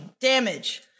damage